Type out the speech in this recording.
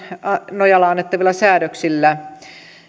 nojalla annettavilla säädöksillä